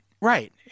Right